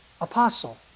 apostle